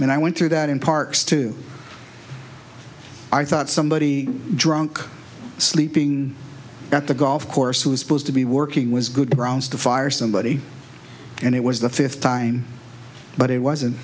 and i went through that in parks too i thought somebody drunk sleeping at the golf course was supposed to be working was good grounds to fire somebody and it was the fifth time but it wasn't